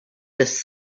this